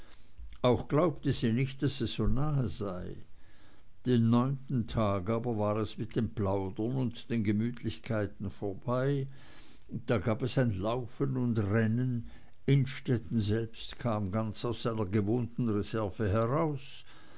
auch glaubte sie nicht daß es so nahe sei den neunten tag aber war es mit dem plaudern und den gemütlichkeiten vorbei da gab es ein laufen und rennen innstetten selbst kam ganz aus seiner gewohnten reserve heraus